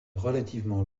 relativement